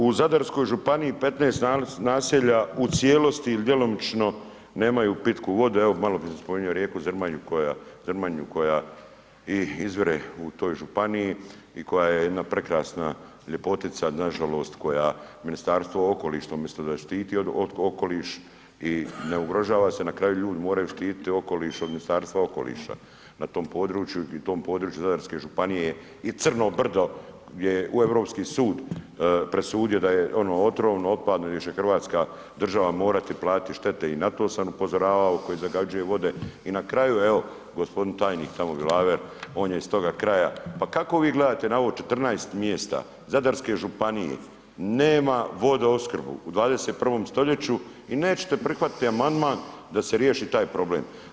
U Zadarskoj županiji 15 naselja u cijelosti ili djelomično nemaju pitku vodu, evo maloprije sam spominjao rijeku Zrmanju koja i izvire u toj županiji i koja je jedna prekrasna ljepotica, nažalost koja Ministarstvo okoliša, umjesto da je štiti okoliš i ne ugrožava se, na kraju ljudi moraju štititi okoliš od Ministarstva okoliša na tom području i tom području Zadarske županije i crno brdo gdje je Europski sud presudio da je ono otrovno, otpadno i da će hrvatska država morati platiti štete, i na to sam upozoravao, koji zagađuje vode i na kraju, evo, g. tajnik tamo, Bilaver, on je iz toga kraja, pa kako vi gledate na ovo, 14 mjesta Zadarske županije nema vodoopskrbu u 21. st. i nećete prihvatiti amandman da se riješi taj problem.